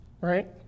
right